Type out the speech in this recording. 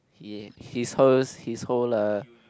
he his hers he hole lah